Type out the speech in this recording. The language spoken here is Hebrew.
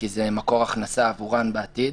כי זה מקור הכנסה עבורן בעתיד,